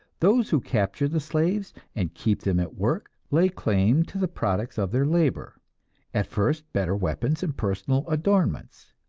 those who capture the slaves and keep them at work lay claim to the products of their labor at first better weapons and personal adornments,